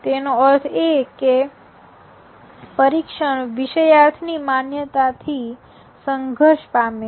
તેનો અર્થ એ છે કે પરીક્ષણ વિષયાર્થ ની માન્યતાથી સંઘર્ષ પામે છે